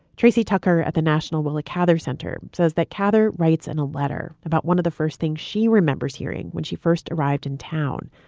tracy tucker at the national willa cather center says that cather writes in and a letter about one of the first things she remembers hearing when she first arrived in town.